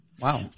Wow